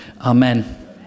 Amen